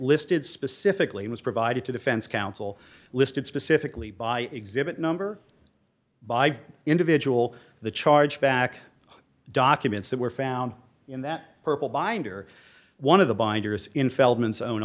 listed specifically was i did to defense counsel listed specifically by exhibit number by the individual the chargeback documents that were found in that purple binder one of the